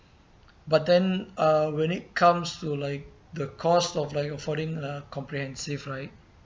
but then uh when it comes to like the cost of like offering a comprehensive right